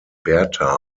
berta